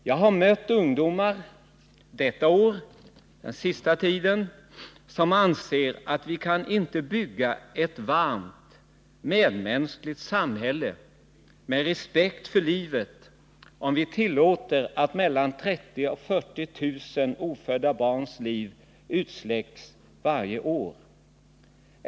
Jag har under den senaste tiden mött ungdomar som anser att vi inte kan bygga ett varmt och medmänskligt samhälle med respekt för livet, om vi tillåter att mellan 30 000 och 40 000 ofödda barns liv utsläcks varje år.